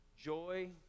joy